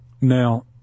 Now